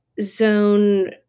zone